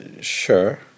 Sure